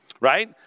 right